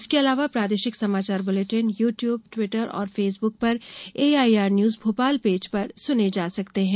इसके अलावा प्रादेशिक समाचार बुलेटिन यू ट्यूब ट्विटर और फेसबुक पर एआईआर न्यूज भोपाल पेज पर सुने जा सकते हैं